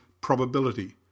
probability